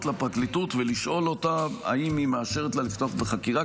לפרקליטות ולשאול אותה אם היא מאשרת לה לפתוח בחקירה,